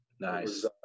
Nice